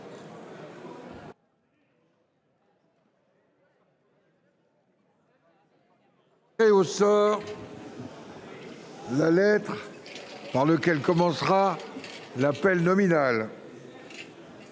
au sort la lettre par laquelle commencera l’appel nominal.